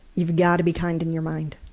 you've got to be kind in your mind.